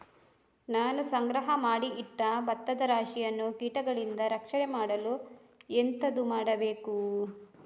ನಾನು ಸಂಗ್ರಹ ಮಾಡಿ ಇಟ್ಟ ಭತ್ತದ ರಾಶಿಯನ್ನು ಕೀಟಗಳಿಂದ ರಕ್ಷಣೆ ಮಾಡಲು ಎಂತದು ಮಾಡಬೇಕು?